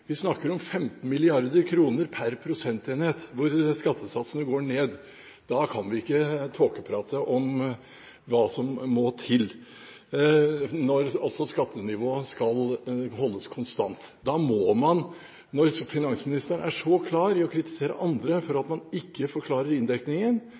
Vi snakker om 15 mrd. kr per prosentenhet, hvor skattesatsene går ned. Når skattenivået skal holdes konstant, kan vi ikke tåkeprate om hva som må til. Når finansministeren er så klar til å kritisere andre for at man ikke forklarer inndekningen, må også regjeringen begynne å